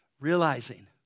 realizing